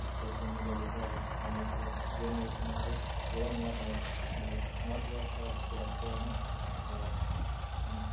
अब सोसियल मिडियाले त अब अहिलेको जेनेरेसनमा त्यही पुरा महत्त्व अब महत्त्व छ जस्तो लाग्छ होइन अब